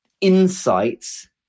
insights